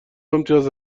امتیاز